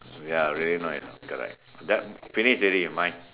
ya really not enough correct that finish already mine